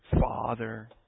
father